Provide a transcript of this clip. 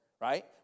Right